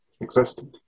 Existed